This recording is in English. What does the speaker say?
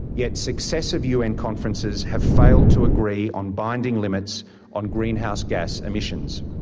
yet successive un conferences have failed to agree on binding limits on greenhouse gas emissions.